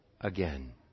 again